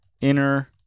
inner